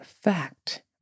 fact